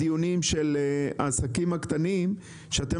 בדיונים על העסקים הקטנים דובר על כך שאתם